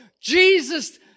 Jesus